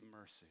mercy